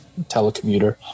telecommuter